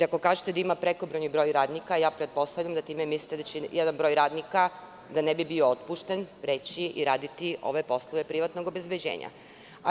Ako kažete da ima prekobrojni broj radnika, pretpostavljam da time mislite da će jedan broj radnika, da ne bi bio otpušten, preći i raditi ove poslove privatnog obezbeđenja.